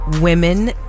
women